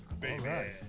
Baby